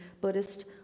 Buddhist